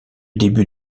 début